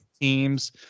teams